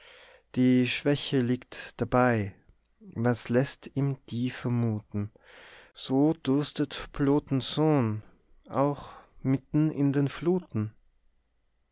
die schwäche liegt dabei was lässt ihm die vermuten so dürstet plotens sohn auch mitten in den fluten